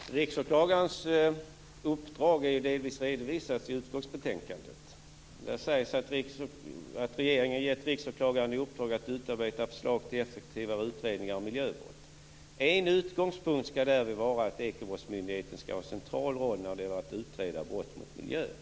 Herr talman! Riksåklagarens uppdrag har delvis redovisats i utskottsbetänkandet. Där sägs att regeringen gett Riksåklagaren i uppdrag att utarbeta förslag till effektivare utredningar av miljöbrott. En utgångspunkt skall därmed vara att Ekobrottsmyndigheten skall ha en central roll när det gäller att utreda brott mot miljön.